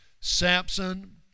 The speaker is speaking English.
Samson